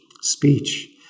speech